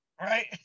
Right